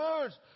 words